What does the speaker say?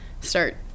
start